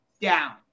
down